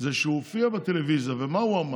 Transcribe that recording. זה שהוא הופיע בטלוויזיה, ומה הוא אמר?